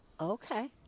okay